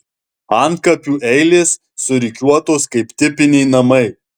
antkapių eilės surikiuotos kaip tipiniai namai